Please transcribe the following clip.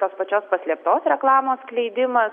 tos pačios paslėptos reklamos skleidimą